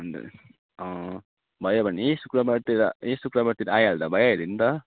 अन्त भयो भने शुक्रबारतिर यही शुक्रबारतिर आइहाल्दा भइहाल्यो नि त